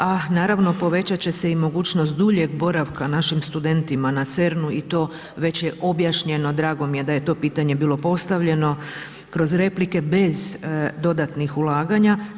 A naravno povećati će se i mogućnost duljeg boravka našim studentima na CERN-u i to već je objašnjeno, drago mi je da je to pitanje bilo postavljeno kroz replike bez dodatnih ulaganja.